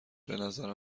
بنظر